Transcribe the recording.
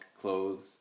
clothes